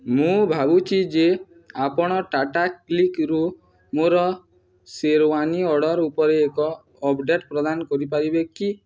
ମୁଁ ଭାବୁଛି ଯେ ଆପଣ ଟାଟା କ୍ଲିକ୍ରୁ ମୋର ଶେରୱାନୀ ଅର୍ଡ଼ର୍ ଉପରେ ଏକ ଅପଡ଼େଟ୍ ପ୍ରଦାନ କରିପାରିବେ କି